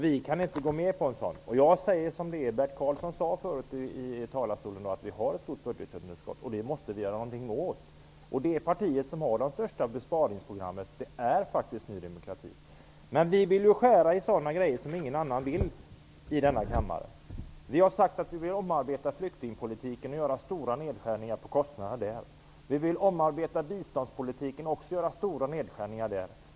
Vi kan inte gå med på en sådan. Vi säger som det är. Bert Karlsson sade förut i talarstolen att vi har ett stort budgetunderskott och det måste vi göra någonting åt. Det parti som har det största besparingsprogrammet är faktiskt Ny demokrati. Men vi vill skära i sådant som ingen annan vill i denna kammare. Vi vill omarbeta flyktingpolitiken och göra stora nedskärningar på kostnaderna för den. Vi vill omarbeta biståndspolitiken och göra stora nedskärningar även där.